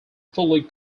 fully